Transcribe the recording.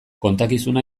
kontakizuna